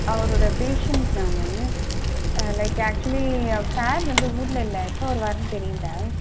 அவரோட பேஷண்ட் நானு like actually sir வந்து ஊரில் இல்லை எப்போ வருவாருன்னு தெரியல